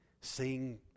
Seeing